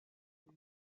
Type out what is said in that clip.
just